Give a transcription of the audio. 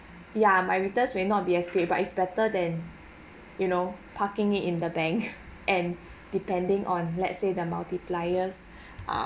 ya my returns may not be as great but it's better than you know parking it in the bank and depending on let's say the multipliers um